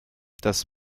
das